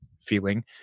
feeling